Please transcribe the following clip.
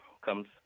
comes